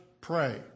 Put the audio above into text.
pray